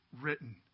written